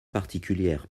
particulière